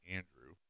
Andrew